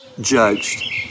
judged